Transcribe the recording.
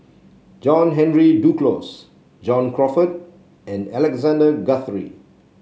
John Henry Duclos John Crawfurd and Alexander Guthrie